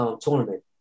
tournament